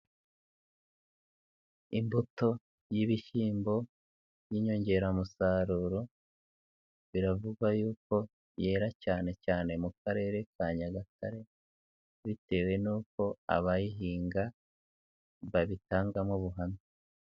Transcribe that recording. Imbuto y'ibishyimbo by'inyongeramusaruro biravuga y'uko yera cyane cyane mu Karere ka Nyagatare bitewe n'uko abayihinga babitangamo ubuhamya.